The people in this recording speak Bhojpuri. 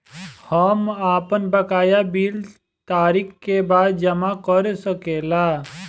हम आपन बकाया बिल तारीख क बाद जमा कर सकेला?